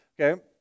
okay